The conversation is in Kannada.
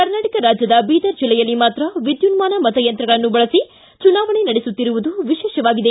ಕರ್ನಾಟಕ ರಾಜ್ಯದ ಬೀದರ ಜಿಲ್ಲೆಯಲ್ಲಿ ಮಾತ್ರ ವಿದ್ಯುನ್ಮಾನ ಮತಯಂತ್ರಗಳನ್ನು ಬಳಸಿ ಚುನಾವಣೆ ನಡೆಸುತ್ತಿರುವುದು ವಿಶೇಷವಾಗಿದೆ